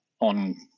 on